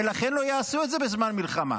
ולכן לא יעשו את זה בזמן מלחמה.